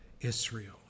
Israel